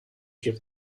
give